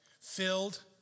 filled